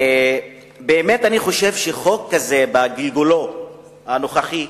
אני באמת חושב שחוק כזה, בגלגולו הנוכחי,